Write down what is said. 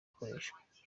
bukoreshwa